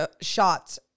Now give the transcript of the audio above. shots –